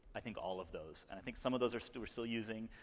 i think, all of those. and i think some of those we're still we're still using,